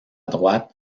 droite